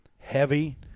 Heavy